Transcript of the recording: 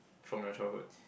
from your childhood